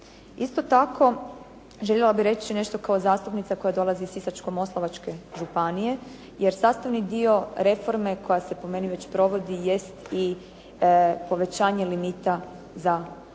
Isto tako željela bih nešto reći kao zastupnica koja dolazi iz Sisačko-moslavačke županije, jer sastavni dio reforme koja se po meni već provodi, jest i povećanje limita za bolnice.